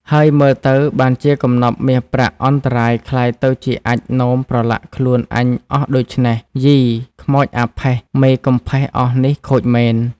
ហើយមើលទៅបានជាកំណប់មាសប្រាក់អន្តរាយក្លាយទៅជាអាចម៍នោមប្រឡាក់ខ្លួនអញអស់ដូច្នេះយី! ខ្មោចអាផេះ មេកំផេះអស់នេះខូចមែន” ។